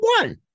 one